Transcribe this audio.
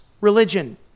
religion